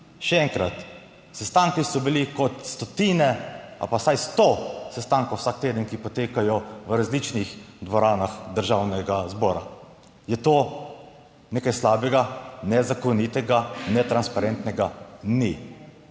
še enkrat, sestanki so bili kot stotine ali pa vsaj sto sestankov vsak teden, ki potekajo v različnih dvoranah Državnega zbora. Je to nekaj slabega, nezakonitega, netransparentnega? Ni.